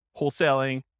wholesaling